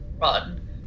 run